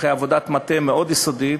אחרי עבודת מטה מאוד יסודית,